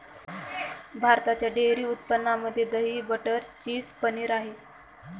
भारताच्या डेअरी उत्पादनामध्ये दही, बटर, चीज, पनीर आहे